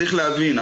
צריך להבין,